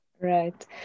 Right